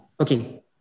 Okay